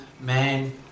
man